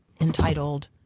entitled